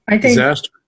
disaster